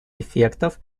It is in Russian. эффектов